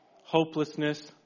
Hopelessness